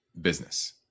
business